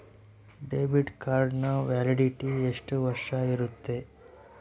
Debit ಕಾರ್ಡಿನ validity ಎಷ್ಟು ವರ್ಷ ಇರುತ್ತೆ?